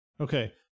Okay